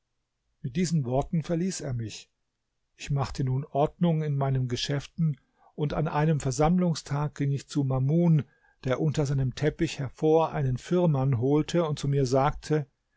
mit diesen worten verließ er mich ich machte nun ordnung in meinen geschäften und an einem versammlungstag ging ich zu mamun der unter seinem teppich hervor einen firman holte und mir sagte